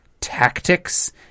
Tactics